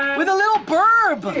with a little birb!